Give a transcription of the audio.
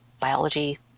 biology